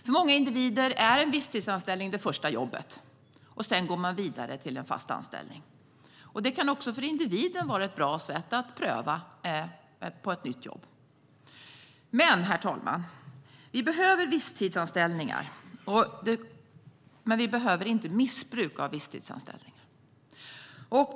För många individer är en visstidsanställning det första jobbet. Sedan går man vidare till en fast anställning. Det kan också för individen vara ett bra sätt att pröva ett nytt jobb. Herr talman! Vi behöver visstidsanställningar, men vi behöver inte missbruk av visstidsanställningar.